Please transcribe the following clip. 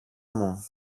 μου